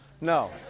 No